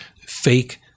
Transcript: fake